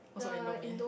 also indomie